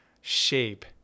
shape